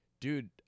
dude